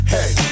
Hey